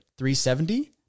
370